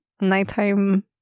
nighttime